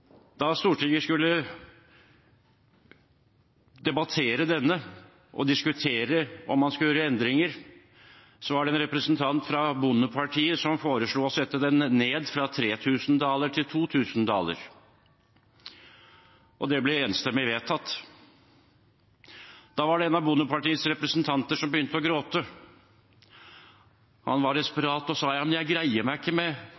Da Stortinget skulle debattere godtgjørelsen og diskutere om man skulle gjøre endringer, var det en representant fra Bondepartiet som foreslo å sette den ned fra 3 000 til 2 000 daler, og det ble enstemmig vedtatt. Da var det en av Bondepartiets representanter som begynte å gråte. Han var desperat og sa: Men jeg greier meg ikke med